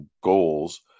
goals